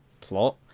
plot